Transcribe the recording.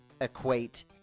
equate